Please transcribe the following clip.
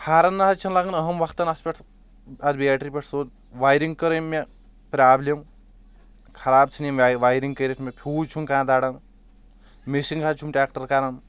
horn نہ حظ چھ نہٕ لگان أہم وقتن اتھ پٮ۪ٹھ اتھ بیٹری پٮ۪ٹھ سیود وایرِنگ کٔر أمۍ مےٚ پرابلم خراب ژھٕنۍ أمۍ مےٚ وایرنگ کٔرتھ مےٚ فیوٗز چھُنہٕ کانٛہہ دران مسنٚگ حظ چھُم ٹریٚکٹر کران